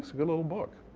so good little book.